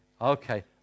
Okay